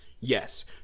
Yes